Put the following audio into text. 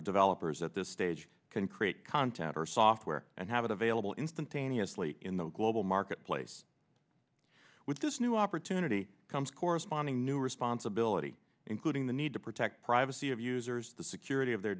of developers at this stage can create content or software and have it available instantaneously in the global marketplace with this new opportunity comes corresponding new responsibility including the need to protect privacy of users the security of their